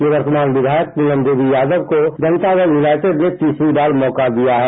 निवर्तमान विधायक पूनम देवी यादव को जनता दल यादव ने तीसरी बार मौका दिया है